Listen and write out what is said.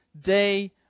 day